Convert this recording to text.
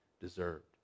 deserved